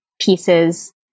pieces